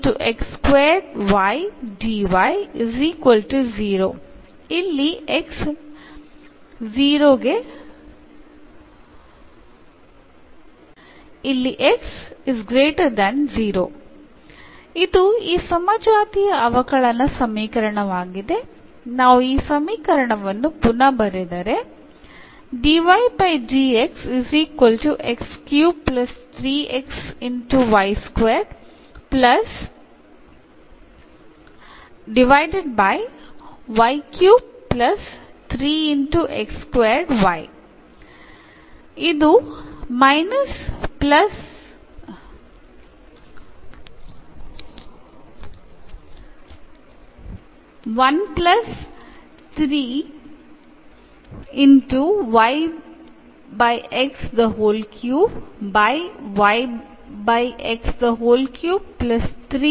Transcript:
ഇതൊരു homogeneous differential സമവാക്യം ആണ്